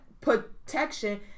protection